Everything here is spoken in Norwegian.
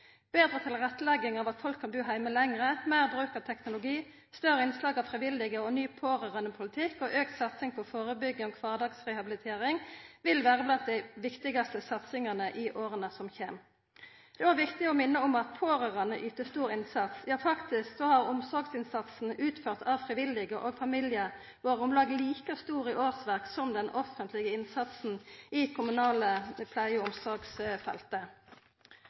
Betre tilrettelegging slik at folk kan bu heime lenger, meir bruk av teknologi, større innslag av frivillige, ny pårørandepolitikk og auka satsing på førebygging og kvardagsrehabilitering vil vera blant dei viktigaste satsingane i åra som kjem. Det er òg viktig å minna om at pårørande yter stor innsats – ja faktisk har omsorgsinnsatsen utført av frivillige og familie vore om lag like stor i talet på årsverk som den offentlege innsatsen på det kommunale pleie- og omsorgsfeltet. Representanten Gjermund Hagesæter kritiserte eldreomsorga i